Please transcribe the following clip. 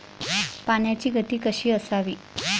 पाण्याची गती कशी असावी?